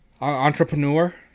entrepreneur